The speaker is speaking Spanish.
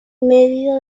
medina